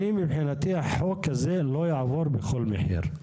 מבחינתי החוק הזה לא יעבור בכל מחיר.